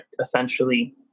essentially